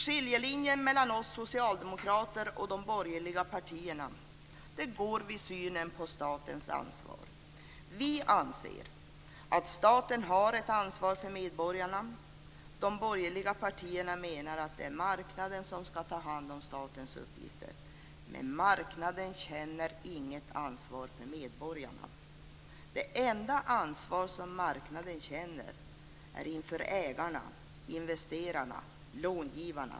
Skiljelinjen mellan oss socialdemokrater och de borgerliga partierna går vid synen på statens ansvar. Vi anser att staten har ett ansvar för medborgarna. De borgerliga partierna menar att det är marknaden som skall ta hand om statens uppgifter. Men marknaden känner inget ansvar för medborgarna. Det enda ansvar som marknaden känner är inför ägarna, investerarna och långivarna.